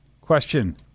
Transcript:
Question